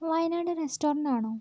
Wayanad restaurant ആണോ